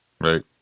Right